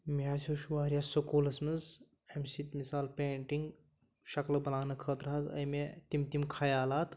مےٚ ہَسا ہیوٚچھ واریاہ سکوٗلَس منٛز اَمہِ سۭتۍ مِثال پینٛٹِنٛگ شکلہٕ بَناونہٕ خٲطرٕ حظ آے مےٚ تِم تِم خیالات